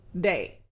day